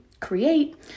create